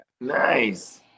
Nice